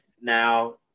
Now